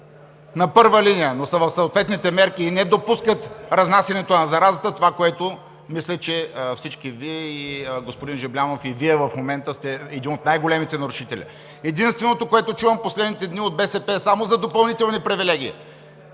на първа линия, но са в съответните мерки и не допускат разнасянето на заразата – това, което мисля, че всички Вие и Вие, господин Жаблянов, в момента сте един от най-големите нарушители. Единственото, което чувам в последните дни от БСП, е само за допълнителни привилегии.